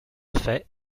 fait